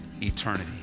eternity